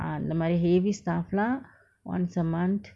ah அந்த மாதிறி:andtha madiri heavy stuff lah want someone